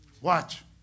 Watch